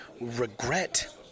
regret